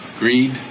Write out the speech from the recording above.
greed